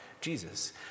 Jesus